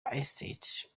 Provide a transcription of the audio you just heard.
estates